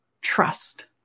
trust